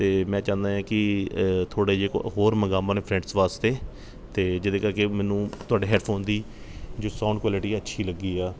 ਅਤੇ ਮੈਂ ਚਾਹੁੰਦਾ ਹਾਂ ਕਿ ਥੋੜ੍ਹੇ ਜਿਹੇ ਹੋ ਹੋਰ ਮੰਗਾਵਾਂ ਆਪਣੇ ਫਰੈਂਡਸ ਵਾਸਤੇ ਅਤੇ ਜਿਹਦੇ ਕਰਕੇ ਮੈਨੂੰ ਤੁਹਾਡੇ ਹੈੱਡਫੋਨ ਦੀ ਜੋ ਸਾਊਂਡ ਕੁਆਲਿਟੀ ਹੈ ਅੱਛੀ ਲੱਗੀ ਆ